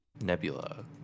Nebula